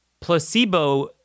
placebo